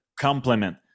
Compliment